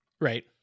right